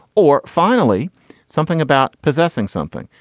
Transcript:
or finally something about possessing something.